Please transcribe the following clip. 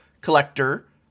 collector